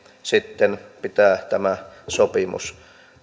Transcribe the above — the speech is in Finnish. sitten pitää tämä sopimus